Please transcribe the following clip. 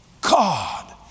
God